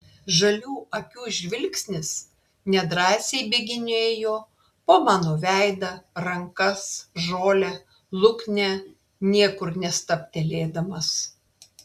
žalių akių žvilgsnis nedrąsiai bėginėjo po mano veidą rankas žolę luknę niekur nestabtelėdamas